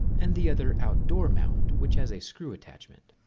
and the other outdoor mount which has a screw attachment.